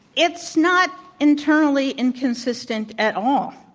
it's not internally inconsistent at all.